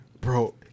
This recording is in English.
Bro